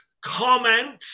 comment